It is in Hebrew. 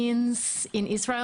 לאוקראינים בישראל.